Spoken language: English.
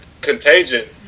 Contagion